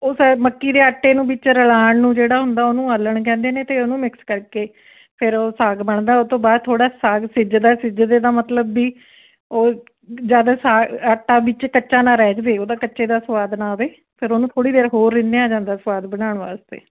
ਉਹ ਫਿਰ ਮੱਕੀ ਦੇ ਆਟੇ ਨੂੰ ਵਿੱਚ ਰਲਾਣ ਨੂੰ ਜਿਹੜਾ ਹੁੰਦਾ ਉਹਨੂੰ ਆਲ੍ਹਣ ਕਹਿੰਦੇ ਨੇ ਅਤੇ ਉਹਨੂੰ ਮਿਕਸ ਕਰਕੇ ਫਿਰ ਉਹ ਸਾਗ ਬਣਦਾ ਉਹ ਤੋਂ ਬਾਅਦ ਥੋੜ੍ਹਾ ਸਾਗ ਸਿਜਦਾ ਸਿਜਦੇ ਦਾ ਮਤਲਬ ਵੀ ਉਹ ਜ਼ਿਆਦਾ ਸਾਗ ਆਟਾ ਵਿੱਚ ਕੱਚਾ ਨਾ ਰਹਿ ਜਾਵੇ ਉਹਦਾ ਕੱਚੇ ਦਾ ਸਵਾਦ ਨਾ ਆਵੇ ਫਿਰ ਉਹਨੂੰ ਥੋੜ੍ਹਾ ਦੇਰ ਹੋਰ ਰਿੰਨ੍ਹਿਆ ਜਾਂਦਾ ਸਵਾਦ ਬਣਾਉਣ ਵਾਸਤੇ